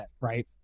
Right